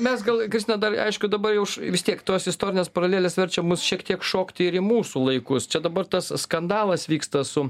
mes gal kristina dar aišku dabar jau š vis tiek tos istorinės paralelės verčia mus šiek tiek šokti ir į mūsų laikus čia dabar tas skandalas vyksta su